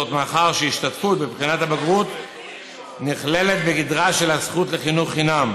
מאחר שהשתתפות בבחינות הבגרות נכללת בגדרה של הזכות לחינוך חינם,